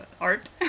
art